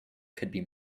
could